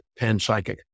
panpsychic